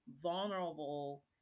vulnerable